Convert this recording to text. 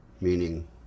meaning